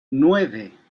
nueve